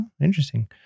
Interesting